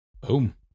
Boom